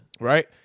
Right